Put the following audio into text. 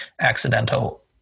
accidental